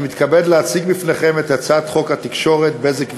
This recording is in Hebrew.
אני מתכבד להציג בפניכם את הצעת חוק התקשורת (בזק ושידורים)